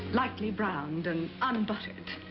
lightly browned and unbuttered.